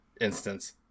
instance